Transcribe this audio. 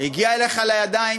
הגיע אליך לידיים,